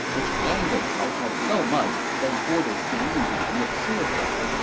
which angered cao cao so much that he ordered xun yu to commit suicide.